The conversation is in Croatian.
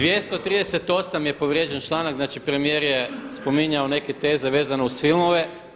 238. je povrijeđen članak znači premijer je spominjao neke teze vezano uz filmove.